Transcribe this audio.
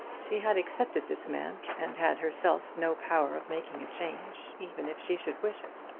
she had accepted this man, and had herself no power of making a change, even if she should wish it.